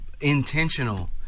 intentional